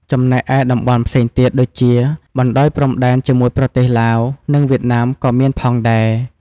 ចំណែកឯតំបន់ផ្សេងទៀត ដូចជា បណ្តោយព្រំដែនជាមួយប្រទេសឡាវ និងវៀតណាមក៏មានផងដែរ។